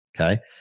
Okay